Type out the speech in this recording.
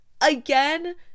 again